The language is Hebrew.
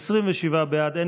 ההתיישנות בעבירות מין